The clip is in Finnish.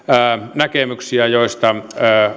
näkemyksiä joista